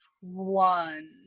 one